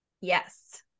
Yes